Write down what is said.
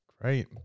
great